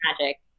magic